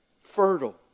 fertile